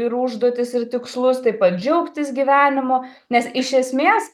ir užduotis ir tikslus taip pat džiaugtis gyvenimu nes iš esmės